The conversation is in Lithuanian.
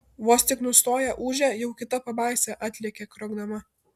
vos tik nustoja ūžę jau kita pabaisa atlekia kriokdama